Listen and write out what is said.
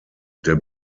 der